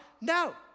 No